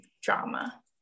drama